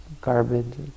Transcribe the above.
garbage